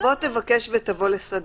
בוא תבקש ותבוא לסדנה,